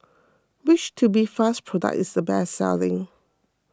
which Tubifast product is the best selling